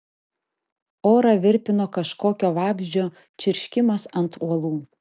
orą virpino kažkokio vabzdžio čirškimas ant uolų